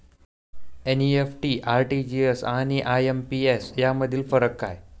NEFT, RTGS आणि IMPS यामधील फरक काय आहे?